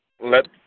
let